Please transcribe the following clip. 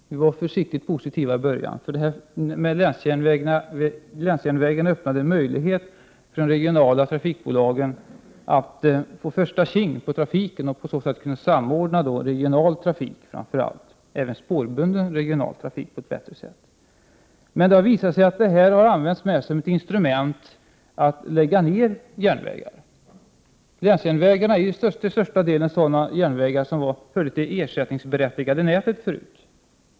I början var vi försiktigt positiva, för länsjärnvägarna öppnade en möjlighet för de regionala trafikbolagen att få ”första tjing” på trafiken och därmed samordna den regionala trafiken, även spårbunden, på ett bättre sätt. Det har emellertid visat sig att detta mest har använts som ett instrument att lägga ner järnvägar. Länsjärnvägarna är ju till största delen sådana järnvägar som hörde till det ersättningsberättigade nätet förut.